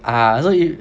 ah so